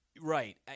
Right